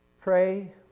pray